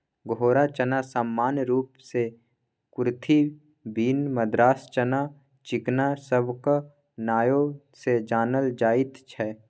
घोड़ा चना सामान्य रूप सँ कुरथी, बीन, मद्रास चना, चिकना सबक नाओ सँ जानल जाइत छै